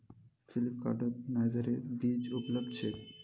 फ्लिपकार्टत नाइजरेर बीज उपलब्ध छेक